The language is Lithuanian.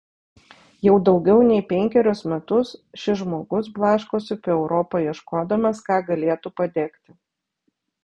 jau daugiau nei penkerius metus šis žmogus blaškosi po europą ieškodamas ką galėtų padegti